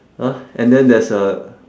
!huh! and then there's a